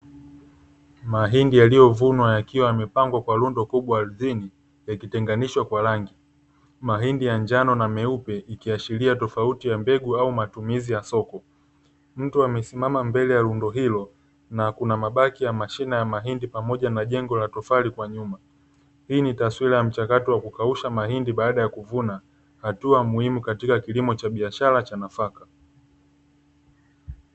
Mahindi yaliyovunwa yakiwa yamepangwa kwa lundo kubwa, ardhini, yakitenganishwa kwa rangi mahindi ya njano na meupe, ikiashiria tofauti ya mbegu au matumizi ya soko mtu amesimama mbele ya wimbo hilo na kuna mabaki ya mashine ya mahindi pamoja na jengo la tofali kwa nyuma hii ni taswira ya mchakato wa kukausha mahindi baada ya kuvuna hatua muhimu katika kilimo cha biashara cha nafaka.